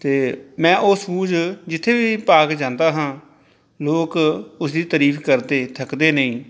ਅਤੇ ਮੈਂ ਉਹ ਸੂਜ ਜਿੱਥੇ ਵੀ ਪਾ ਕੇ ਜਾਂਦਾ ਹਾਂ ਲੋਕ ਉਸ ਦੀ ਤਾਰੀਫ਼ ਕਰਦੇ ਥੱਕਦੇ ਨਹੀਂ